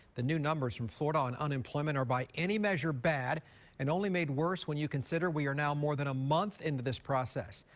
the new numbers from florida on unemployment or by any measure bad and only made worse when you consider we are now more than a month into this process.